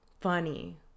funny